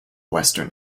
western